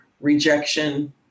rejection